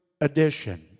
edition